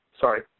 sorry